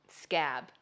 scab